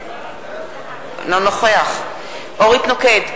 אינו נוכח אורית נוקד,